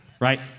right